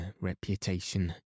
reputation